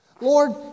Lord